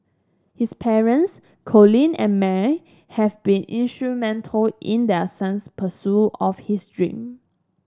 his parents Colin and May have been instrumental in their son's pursuit of his dream